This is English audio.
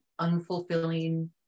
unfulfilling